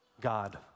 God